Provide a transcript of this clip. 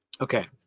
Okay